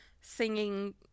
singing